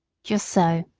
just so,